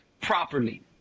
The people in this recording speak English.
properly